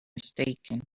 mistaken